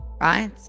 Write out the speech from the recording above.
right